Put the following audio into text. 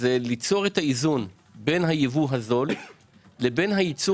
ליצור איזון בין הייבוא הזול לבין הייצור